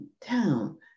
town